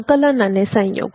સંકલન અને સંયોગ